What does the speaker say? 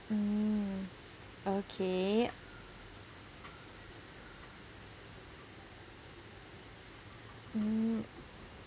mm okay mm